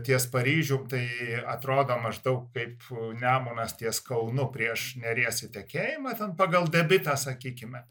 ties paryžium tai atrodo maždaug kaip nemunas ties kaunu prieš neries įtekėjimą ten pagal debitą sakykime